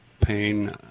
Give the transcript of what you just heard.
pain